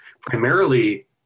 primarily